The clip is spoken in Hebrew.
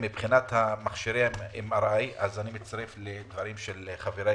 מכשירי MRI אני מצטרף לדברי חבריי,